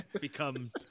Become